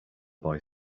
boy